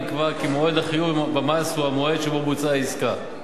נקבע כי מועד החיוב במס הוא המועד שבו בוצעה העסקה.